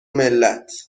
ملت